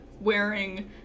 Wearing